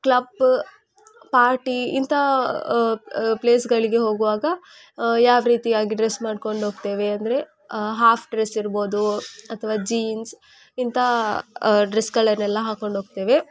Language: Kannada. ಕ್ಲಪ್ ಪಾರ್ಟಿ ಇಂಥಾ ಪ್ಲೇಸ್ಗಳಿಗೆ ಹೋಗುವಾಗ ಯಾವ ರೀತಿಯಾಗಿ ಡ್ರೆಸ್ ಮಾಡಿಕೊಂಡೋಗ್ತೇವೆ ಅಂದರೆ ಹಾಫ್ ಡ್ರೆಸ್ ಇರ್ಬೋದು ಅಥವಾ ಜೀನ್ಸ್ ಇಂಥಾ ಡ್ರೆಸ್ಗಗಳನ್ನೆಲ್ಲ ಹಾಕ್ಕೊಂಡೋಗ್ತೇವೆ